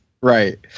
Right